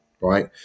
right